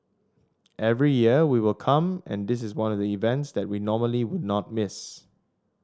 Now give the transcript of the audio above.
every year we will come and this is one of the events that we normally will not miss